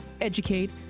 educate